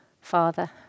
father